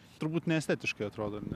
turbūt neestetiškai atrodo ar ne